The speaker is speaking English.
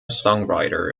songwriter